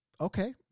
Okay